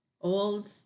old